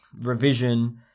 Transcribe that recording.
revision